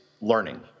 learning